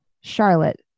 Charlotte